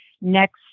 next